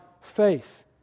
faith